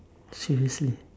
seriously